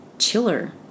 chiller